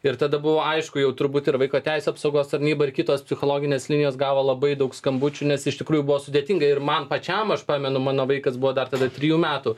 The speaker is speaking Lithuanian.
ir tada buvo aišku jau turbūt ir vaiko teisių apsaugos tarnyba ir kitos psichologinės linijos gavo labai daug skambučių nes iš tikrųjų buvo sudėtinga ir man pačiam aš pamenu mano vaikas buvo dar tada trijų metų